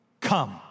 come